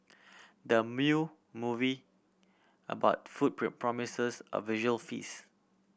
the movie about food promises a visual feast